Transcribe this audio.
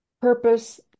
purpose